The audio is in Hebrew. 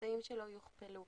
הממצאים שלו יוכפלו.